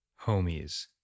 homies